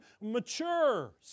Mature